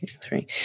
three